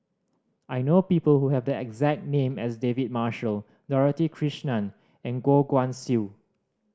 I know people who have the exact name as David Marshall Dorothy Krishnan and Goh Guan Siew